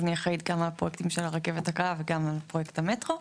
אז אני אחראית על הפרויקטים של הרכבת הקלה וגם על פרויקט המטרו.